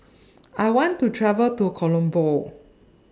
I want to travel to Colombo